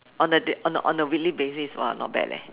on a da~ on on a weekly basis !wah! not bad leh